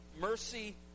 mercy